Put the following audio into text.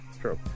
true